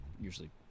usually